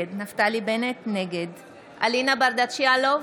נגד אלינה ברדץ' יאלוב,